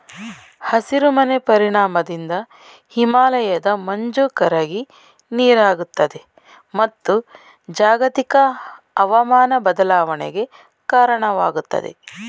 ಹಸಿರು ಮನೆ ಪರಿಣಾಮದಿಂದ ಹಿಮಾಲಯದ ಮಂಜು ಕರಗಿ ನೀರಾಗುತ್ತದೆ, ಮತ್ತು ಜಾಗತಿಕ ಅವಮಾನ ಬದಲಾವಣೆಗೆ ಕಾರಣವಾಗುತ್ತದೆ